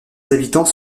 habitants